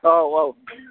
औ औ